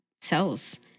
cells